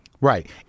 right